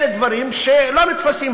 אלה דברים שלא נתפסים.